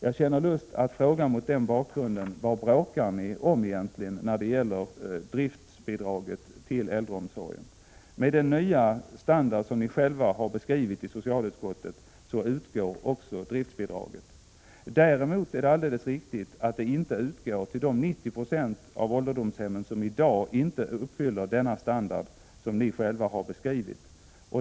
Mot den bakgrunden har jag lust att fråga: Vad bråkar ni egentligen om när det gäller driftsbidraget till äldreomsorgen? Med den nya standard som ni själva har beskrivit i socialutskottet utgår också driftsbidrag. Däremot utgår det inte till de 90 96 av ålderdomshemmen som i dag inte uppfyller denna standard, som ni själva har beskrivit.